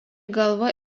galva